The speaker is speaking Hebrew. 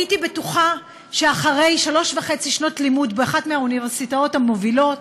הייתי בטוחה שאחרי שלוש וחצי שנות לימוד באחת מהאוניברסיטאות המובילות